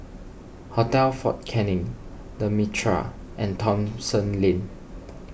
Hotel fort Canning the Mitraa and Thomson Lane